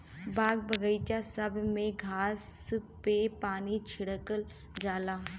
बाग बगइचा सब में घास पे पानी छिड़कल जाला